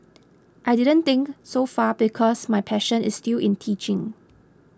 I didn't think so far because my passion is still in teaching